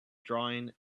drawing